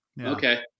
okay